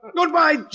Goodbye